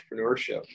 entrepreneurship